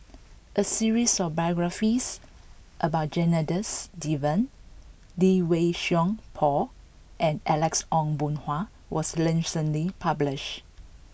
a series of biographies about Janadas Devan Lee Wei Song Paul and Alex Ong Boon Hau was recently published